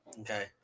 Okay